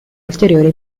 ulteriori